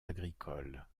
agricoles